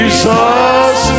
Jesus